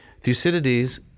Thucydides